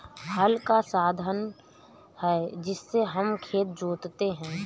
हल एक साधन है जिससे हम खेत जोतते है